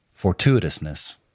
fortuitousness